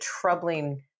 troubling